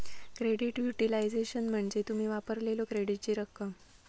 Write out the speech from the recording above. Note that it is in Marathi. क्रेडिट युटिलायझेशन म्हणजे तुम्ही वापरलेल्यो क्रेडिटची रक्कम